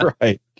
right